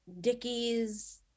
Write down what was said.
dickies